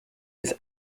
was